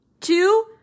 two